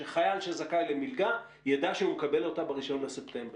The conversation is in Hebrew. כך שחייל שזכאי למלגה ידע שהוא מקבל אותה ב-1 בספטמבר.